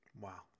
Wow